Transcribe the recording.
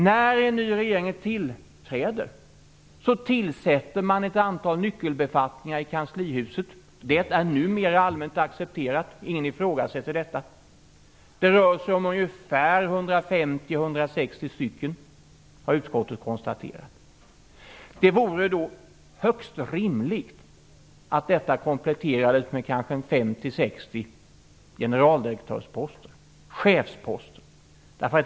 När en ny regering tillträder tillsätter man ett antal nyckelbefattningar i kanslihuset. Det är numera allmänt accepterat. Ingen ifrågasätter detta. Det rör sig om ungefär 150-160 stycken, har utskottet konstaterat. Det vore högst rimligt att detta kompletterades med kanske 50-60 generaldirektörsposter, chefsposter.